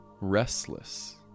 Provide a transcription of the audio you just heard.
Restless